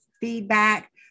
feedback